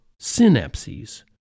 synapses